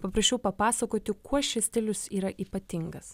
paprašiau papasakoti kuo šis stilius yra ypatingas